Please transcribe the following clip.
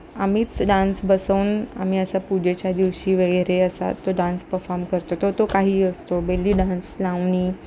आम्हीच डान्स बसवून आम्ही असं पूजेच्या दिवशी वगैरे असा तो डान्स परफॉर्म करतो तो तो काहीही असतो बेली डान्स लावणी